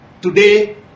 Today